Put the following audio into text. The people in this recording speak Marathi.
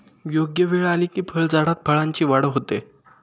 योग्य वेळ आली की फळझाडात फळांची वाढ होते